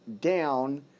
down